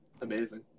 amazing